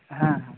ᱦᱮᱸ ᱦᱮᱸ